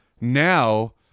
now